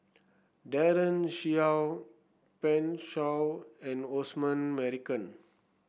Daren Shiau Pan Shou and Osman Merican